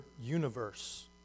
universe